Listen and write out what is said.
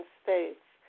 states